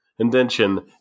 indention